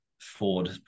ford